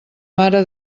mare